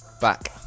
back